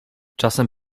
czasem